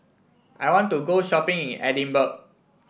I want to go shopping in Edinburgh